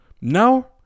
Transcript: Now